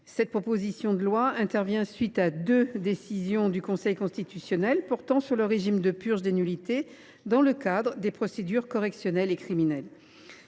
Cette proposition de loi intervient à la suite de deux décisions du Conseil constitutionnel portant sur le régime de purge des nullités dans le cadre des procédures correctionnelle et criminelle.